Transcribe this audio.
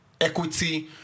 Equity